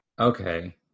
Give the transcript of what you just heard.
Okay